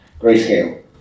Grayscale